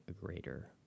greater